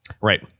Right